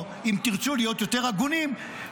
או אם תרצו להיות יותר הגונים,